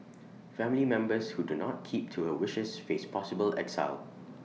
family members who do not keep to her wishes face possible exile